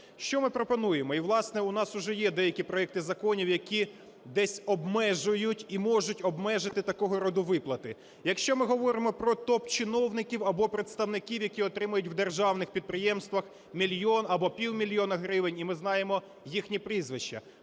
Що ми пропонуємо? І, власне, у нас уже є деякі проекти законів, які десь обмежують і можуть обмежити такого роду виплати. Якщо ми говоримо про топ-чиновників або представників, які отримують в держаних підприємствах мільйон або півмільйона гривень, і ми знаємо їхні прізвища.